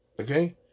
Okay